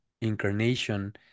incarnation